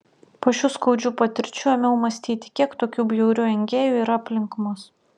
po šių skaudžių patirčių ėmiau mąstyti kiek tokių bjaurių engėjų yra aplink mus